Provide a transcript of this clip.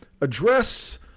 address